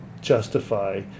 justify